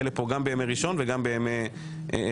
לכאן גם בימי ראשון וגם בימי חמישי.